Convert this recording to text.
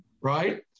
right